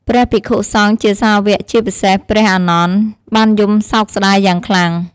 ព្រះភិក្ខុសង្ឃជាសាវក ជាពិសេសព្រះអានន្ទ បានយំសោកស្តាយយ៉ាងខ្លាំង។